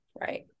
right